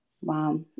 Wow